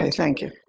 thank you.